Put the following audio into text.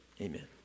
amen